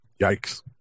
Yikes